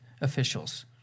officials